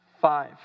Five